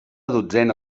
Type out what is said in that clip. dotzena